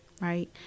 right